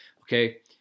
Okay